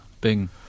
Bing